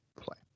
play